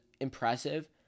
impressive